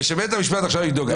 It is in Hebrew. ושבית המשפט עכשיו יבדוק את זה.